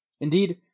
Indeed